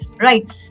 right